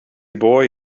boy